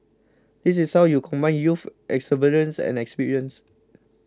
this is how you combine youth exuberance and experience